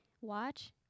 watch